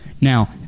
Now